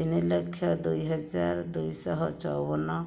ତିନିଲକ୍ଷ ଦୁଇହଜାର ଦୁଇଶହ ଚଉବନ